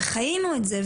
וחיינו את זה.